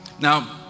Now